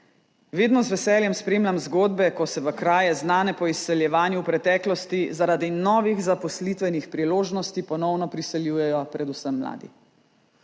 Vedno z veseljem spremljam zgodbe, ko se v kraje, znane po izseljevanju v preteklosti, zaradi novih zaposlitvenih priložnosti ponovno priseljujejo predvsem mladi.